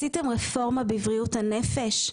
עשיתם רפורמה בבריאות הנפש.